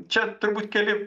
čia turbūt keli